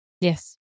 Yes